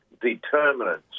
determinants